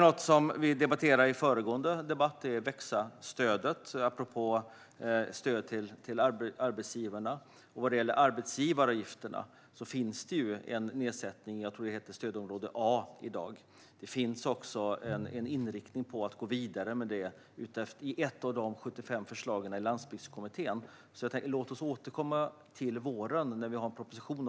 Växa-stödet debatterade vi i föregående debatt, apropå stöd till arbetsgivarna. Vad gäller arbetsgivaravgifterna finns det i dag en nedsättning, som jag tror heter stödområde A. Det finns också en inriktning på att gå vidare med detta i ett av de 75 förslagen från Landsbygdskommittén. Låt oss återkomma till våren, när vi har en proposition.